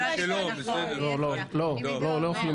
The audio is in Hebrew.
אנחנו רוצים